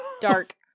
Dark